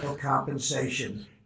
compensation